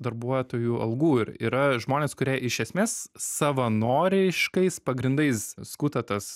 darbuotojų algų ir yra žmonės kurie iš esmės savanoreiškais pagrindais skuta tas